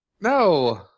No